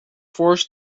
force